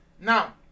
Now